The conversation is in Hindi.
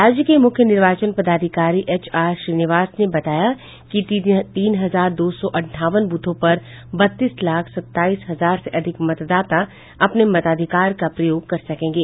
राज्य के मुख्य निर्वाचन पदाधिकारी एच आर श्रीनिवास ने बताया कि तीन हजार दो सौ अट्ठावन ब्रथों पर बत्तीस लाख सताईस हजार से अधिक मतदाता अपने मताधिकार का प्रयोग कर सकेंगे